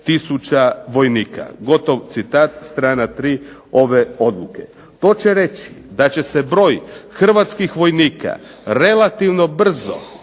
gotov citat, strana 3. ove Odluke. To će reći da će se broj Hrvatskih vojnika relativno brzo